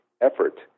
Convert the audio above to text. effort